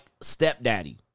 stepdaddy